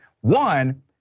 One